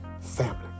Family